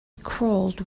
crawled